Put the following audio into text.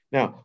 Now